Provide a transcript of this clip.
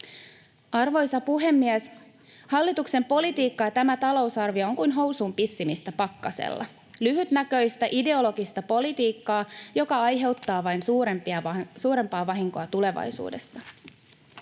Arvoisa puhemies! Hallituksen politiikka ja tämä talousarvio on kuin housuun pissimistä pakkasella: lyhytnäköistä, ideologista politiikkaa, joka aiheuttaa vain suurempaa vahinkoa tulevaisuudessa.